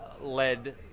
led